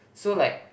so like